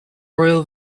royal